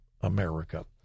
America